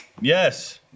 Yes